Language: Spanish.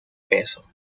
peso